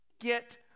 get